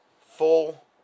full